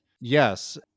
Yes